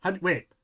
Wait